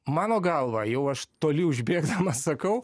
mano galva jau aš toli užbėgdamas sakau